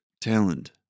Talent